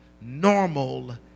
normal